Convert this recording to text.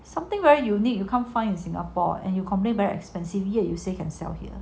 something very unique you can't find in singapore and you complain very expensive yet you say can sell here